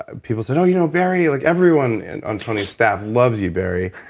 ah people said, oh, you know barry! like everyone and on tony's staff loves you, barry,